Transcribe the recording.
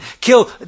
kill